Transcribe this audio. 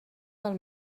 del